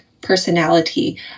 personality